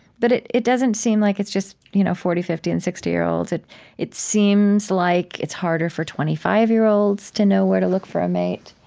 but it it doesn't seem like it's just you know forty, fifty, and sixty year olds. it it seems like it's harder for twenty five year olds to know where to look for a mate.